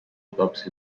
clubs